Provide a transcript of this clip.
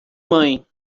mãe